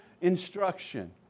instruction